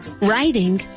Writing